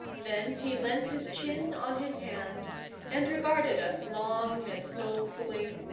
then he leant his chin on his hand and regarded us long and soulfully,